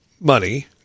money